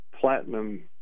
platinum